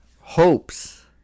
hopes